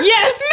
Yes